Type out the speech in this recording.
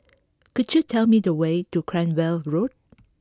could you tell me the way to Cranwell Road